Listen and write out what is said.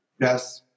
Yes